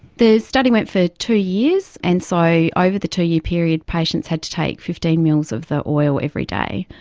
the study went for two years, and so over the two-year period patients had to take fifteen mls of the oil every day.